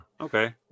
Okay